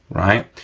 right?